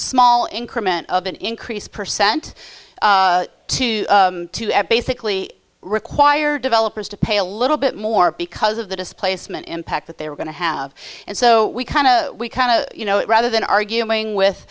small increment of an increase percent to basically require developers to pay a little bit more because of the displacement impact that they were going to have and so we kind of we kind of you know rather than arguing with